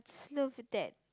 love that